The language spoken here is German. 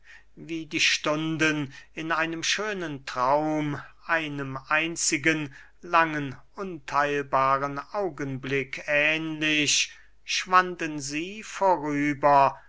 wie die stunden in einem schönen traum einem einzigen langen untheilbaren augenblick ähnlich schwanden sie vorüber